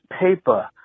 paper